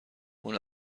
اون